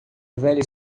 velha